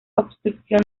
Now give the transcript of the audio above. obstrucción